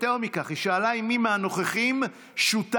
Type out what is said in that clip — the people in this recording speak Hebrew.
יותר מכך, היא שאלה אם מי מהנוכחים שותף.